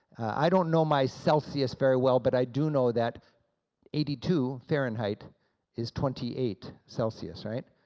i don't know my celsius very well but i do know that eighty two fahrenheit is twenty eight celsius, right.